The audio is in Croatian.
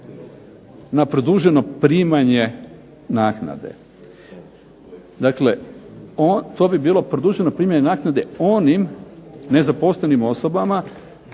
na produženo primanje naknade. Dakle, to bi bilo produženo primanje naknade onim nezaposlenim osobama